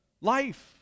life